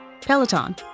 Peloton